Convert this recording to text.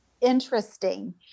interesting